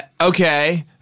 okay